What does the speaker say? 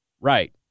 Right